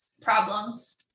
problems